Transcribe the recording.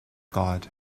god